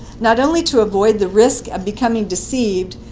not only to avoid the risk of becoming deceived,